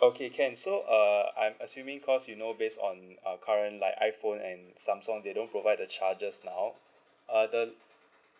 okay can so uh I'm assuming cause you know based on uh current like iphone and samsung they don't provide the chargers now uh the